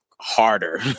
harder